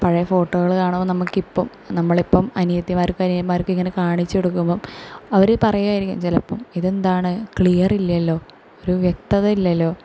പഴയ ഫോട്ടോകൾ കാണുമ്പോൾ നമുക്കിപ്പോൾ നമ്മളിപ്പോൾ അനിയത്തിമാർക്കും അനിയന്മാർക്കും ഇങ്ങനെ കാണിച്ചു കൊടുക്കുമ്പോൾ അവർ പറയുമായിരിക്കും ചിലപ്പോൾ ഇത് എന്താണ് ക്ലിയർ ഇല്ലല്ലോ ഒരു വ്യക്തത ഇല്ലല്ലോ